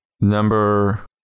Number